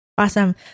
Awesome